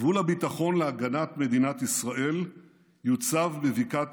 "גבול הביטחון להגנת מדינת ישראל יוצב בבקעת